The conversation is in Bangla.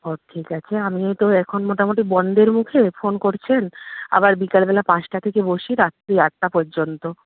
ও ঠিক আছে আমি তো এখন মোটামোটি বন্ধের মুখে ফোন করছেন আবার বিকালবেলা পাঁচটা থেকে বসি রাত্রি আটটা পর্যন্ত